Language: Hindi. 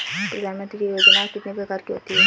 प्रधानमंत्री योजना कितने प्रकार की होती है?